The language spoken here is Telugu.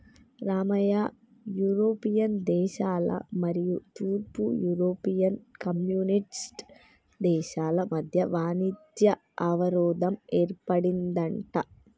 రామయ్య యూరోపియన్ దేశాల మరియు తూర్పు యూరోపియన్ కమ్యూనిస్ట్ దేశాల మధ్య వాణిజ్య అవరోధం ఏర్పడిందంట